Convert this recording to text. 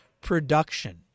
production